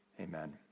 amen